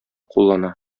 куллана